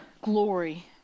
Glory